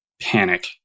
panic